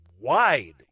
wide